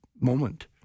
moment